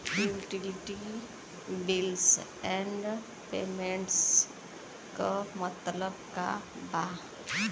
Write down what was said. Utility bills and payments क मतलब का बा?